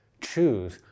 choose